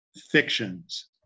fictions